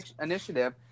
initiative